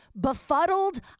befuddled